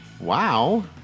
wow